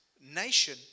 nation